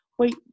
wait